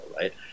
right